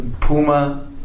Puma